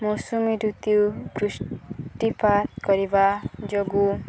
ମୌସୁମୀ ଋତୁ ବୃଷ୍ଟିପାତ କରିବା ଯୋଗୁଁ